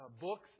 books